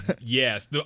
Yes